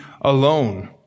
alone